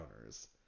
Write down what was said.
owners